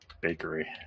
Bakery